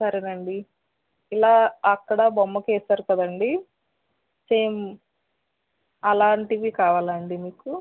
సరేనండి ఇలా అక్కడ బొమ్మకేసారు కదండి సేమ్ అలాంటివి కావాలా అండి మీకు